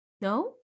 no